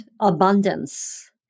abundance